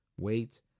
Wait